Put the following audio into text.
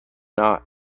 not